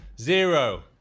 zero